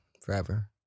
forever